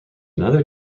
another